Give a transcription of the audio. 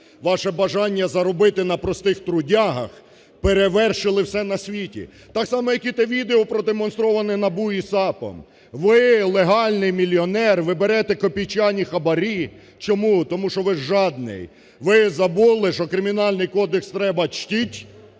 ваше бажання заробити на простих трудягах перевершили все на світі. Так само, як і те відео, продемонстроване НАБУ і САПом, ви – легальний міліонер, ви берете копійчані хабарі. Чому? Тому що ви жадний, ви забули, що Кримінальний кодекс треба чтить,